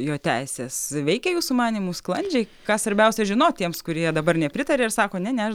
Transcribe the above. jo teises veikia jūsų manymu sklandžiai ką svarbiausia žinot tiems kurie dabar nepritaria ir sako ne ne aš